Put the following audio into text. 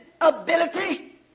ability